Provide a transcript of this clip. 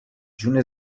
جون